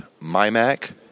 MyMac